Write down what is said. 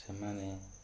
ସେମାନେ